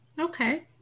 Okay